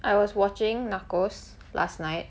I was watching narcos last night